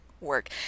work